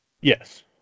Yes